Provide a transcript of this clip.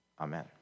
Amen